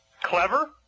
clever